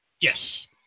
Yes